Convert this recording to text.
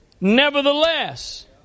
Nevertheless